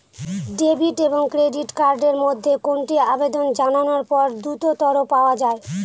Debit এবং credit card এর মধ্যে কোনটি আবেদন জানানোর পর দ্রুততর পাওয়া য়ায়?